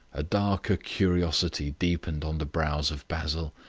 a darker curiosity deepened on the brows of basil,